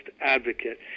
advocate